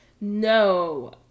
No